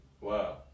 Wow